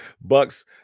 Bucks